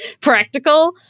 practical